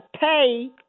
pay